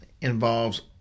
involves